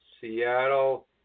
Seattle